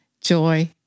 joy